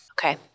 Okay